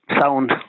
sound